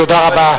תודה רבה.